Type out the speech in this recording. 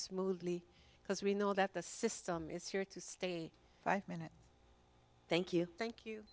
smoothly because we know that the system is here to stay five minutes thank you thank you